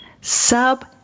sub